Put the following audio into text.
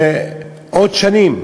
שעוד שנים,